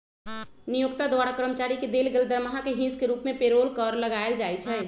नियोक्ता द्वारा कर्मचारी के देल गेल दरमाहा के हिस के रूप में पेरोल कर लगायल जाइ छइ